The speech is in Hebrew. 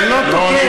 הוא לא תוקף.